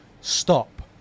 stop